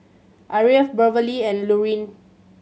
Aria Beverley and Lurline